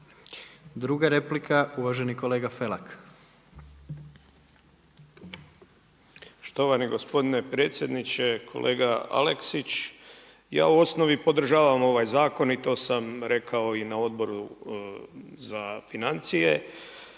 Druga replika uvaženi kolega Felak. **Felak, Damir (HDZ)** Štovani gospodine predsjedniče. Kolega Aleksić, ja u osnovi podržavam ovaj zakon i to sam rekao i na Odboru za financije,